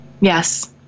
Yes